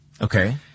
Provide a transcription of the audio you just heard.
Okay